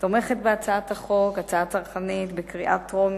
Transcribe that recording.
תומכת בהצעת החוק, הצעה צרכנית, בקריאה טרומית,